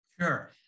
Sure